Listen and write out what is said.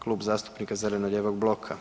Klub zastupnika zeleno-lijevog bloka.